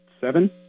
seven